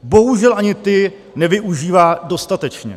Bohužel ani ty nevyužívá dostatečně.